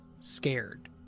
scared